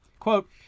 Quote